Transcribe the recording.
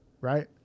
right